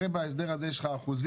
הרי בהסדר הזה יש לך אחוזים,